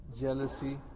jealousy